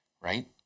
Right